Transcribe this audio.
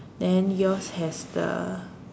then yours has the